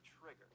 trigger